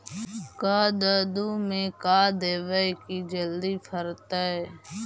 कददु मे का देबै की जल्दी फरतै?